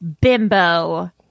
bimbo